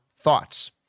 thoughts